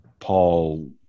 Paul